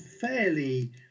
fairly